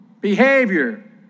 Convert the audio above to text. Behavior